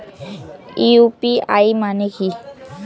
UPI মানে কি?